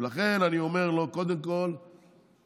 ולכן אני אומר לו: קודם כול תצטנע,